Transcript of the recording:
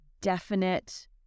definite